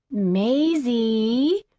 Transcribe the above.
mazie!